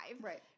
right